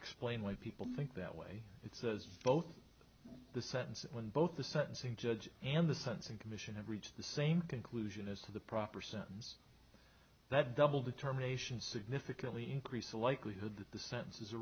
explain why people think that way it says both the sentence when both the sentencing judge and the sense and commission have reached the same conclusion as to the proper sentence that double determination significantly increase a likelihood that the sen